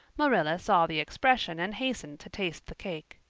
marilla saw the expression and hastened to taste the cake.